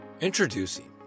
Introducing